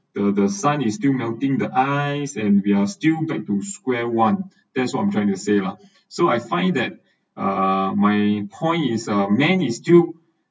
the the sun is still melting the ice and we are still back to square one that's what I'm trying to say lah so I find that uh my point is uh man is still